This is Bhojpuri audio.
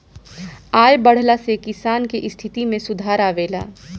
आय बढ़ला से किसान के स्थिति में सुधार आवेला